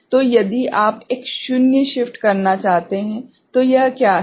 तो यदि आप एक शून्य शिफ्ट करना चाहते हैं तो यह क्या है